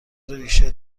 ریشه